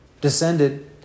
descended